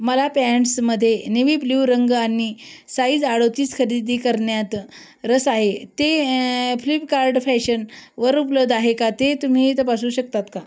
मला प्यांट्समध्ये navy blue रंग आणि साईज अडतीस खरेदी करण्यात रस आहे ते फ्लिपकार्ड फॅशन वर उपलब्ध आहे का ते तुम्ही तपासू शकतात का